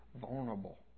vulnerable